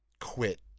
quit